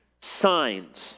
signs